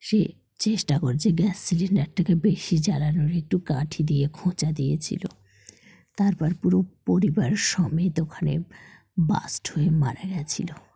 সে চেষ্টা করছে গ্যাস সিলিন্ডারটাকে বেশি জ্বালানোর একটু কাঠি দিয়ে খোঁচা দিয়েছিল তারপর পুরো পরিবার সমেত ওখানে ব্লাস্ট হয়ে মারা গিয়েছিল